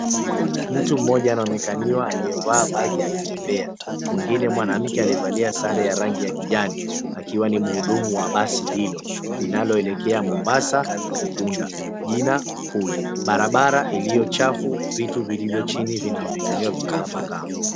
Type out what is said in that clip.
Mtu mmoja anaonekaniwa aliyevaa bagi akitembea. Mwingine mwanamke aliyevalia sare ya kijani akiwa ni mhudumu wa basi hilo linaloelekea Mombasa Ukunda. Jina, Cool. Barabara iliyochafu vitu vilivyo chini vinaonekaniwa vimetapakaa.